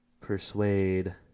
Persuade